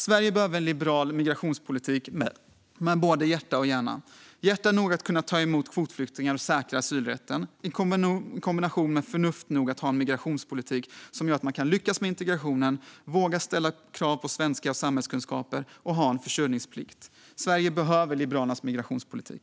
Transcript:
Sverige behöver en liberal migrationspolitik med både hjärta och hjärna - hjärta nog att kunna ta emot kvotflyktingar och säkra asylrätten i kombination med förnuft nog att ha en migrationspolitik som gör att man kan lyckas med integrationen, våga ställa krav på svenska språkkunskaper och ha försörjningsplikt. Sverige behöver Liberalernas migrationspolitik.